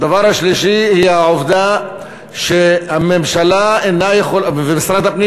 הדבר השלישי הוא העובדה שהממשלה משרד הפנים